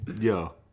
Yo